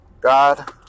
God